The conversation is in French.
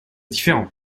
différent